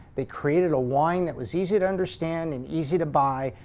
they created a wine that was easy to understand and easy to buy,